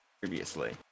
previously